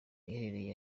iherereye